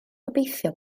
gobeithio